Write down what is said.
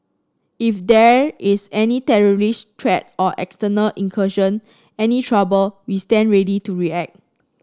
if there is any terrorist threat or external incursion any trouble we stand ready to react